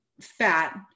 fat